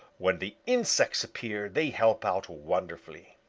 when the insects appear they help out wonderfully.